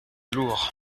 sourd